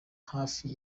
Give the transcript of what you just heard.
hafi